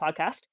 podcast